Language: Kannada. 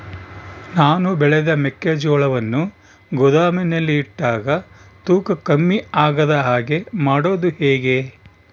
ನಾನು ಬೆಳೆದ ಮೆಕ್ಕಿಜೋಳವನ್ನು ಗೋದಾಮಿನಲ್ಲಿ ಇಟ್ಟಾಗ ತೂಕ ಕಮ್ಮಿ ಆಗದ ಹಾಗೆ ಮಾಡೋದು ಹೇಗೆ?